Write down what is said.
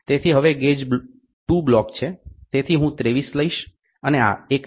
તેથી હવે gauge 2 block છે તેથી હું 23 લઈશ અને આ 21